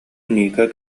ника